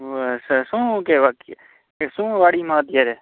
હં અચ્છા શું કહેવાય શું વાડીમાં અત્યારે